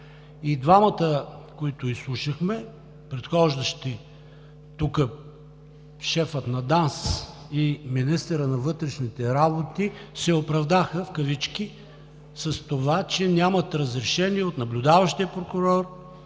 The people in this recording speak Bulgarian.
двамата, които изслушахме преди малко – шефът на ДАНС и министърът на вътрешните работи, се „оправдаха“ с това, че нямат разрешение от наблюдаващия прокурор